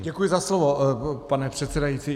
Děkuji za slovo, pane předsedající.